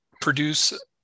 produce